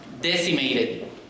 decimated